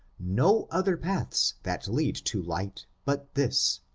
no other paths that lead to light but this.